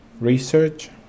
research